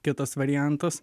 kitas variantas